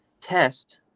Test